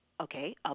Okay